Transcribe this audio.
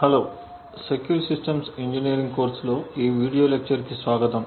hello secure systems engineering కోర్సులో ఈ video లెక్చర్కి స్వాగతం